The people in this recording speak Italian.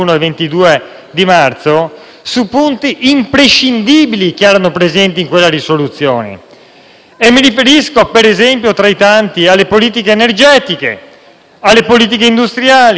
Mi riferisco - per esempio -tra i tanti punti, alle politiche energetiche, alle politiche industriali e alle politiche di ricerca e innovazione. Zero non è soltanto un riferimento algebrico